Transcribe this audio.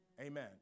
Amen